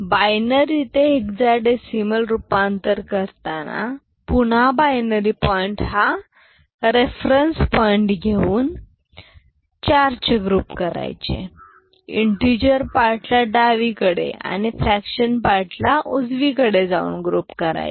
binary ते hexadecimal रूपांतर करताना पुन्हा बायनरी पॉईंट हा रेफरान्स पॉईंट घेऊन 4 चे ग्रुप करायचे इंटीजर पार्ट ला डावीकडे आणि फ्रॅक्टनल पार्ट ला उजवीकडे जाऊन ग्रुप करायचे